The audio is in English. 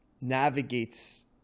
navigates